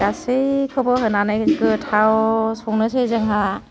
गासैखौबो होनानै गोथाव संनोसै जोंहा